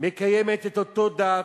מקיים את אותה דת,